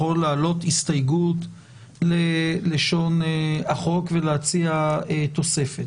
להעלות הסתייגויות ללשון החוק ולהציע תוספת.